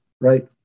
right